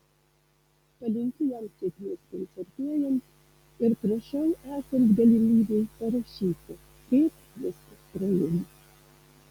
palinkiu jam sėkmės koncertuojant ir prašau esant galimybei parašyti kaip viskas praėjo